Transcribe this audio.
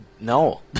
no